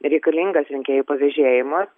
reikalingas rinkėjų pavėžėjimas